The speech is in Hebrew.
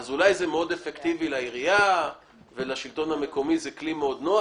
אולי זה מאוד אפקטיבי לעירייה ולשלטון המקומי זה כלי מאוד נוח.